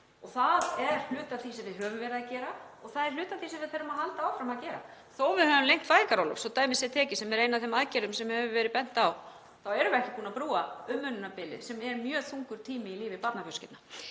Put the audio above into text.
Það er hluti af því sem við höfum verið að gera og það er hluti af því sem við þurfum að halda áfram að gera. Þótt við höfum lengt fæðingarorlof, svo að dæmi sé tekið, sem er ein af þeim aðgerðum sem hefur verið bent á, þá erum við ekki búin að brúa umönnunarbilið sem er mjög þungur tími í lífi barnafjölskyldna.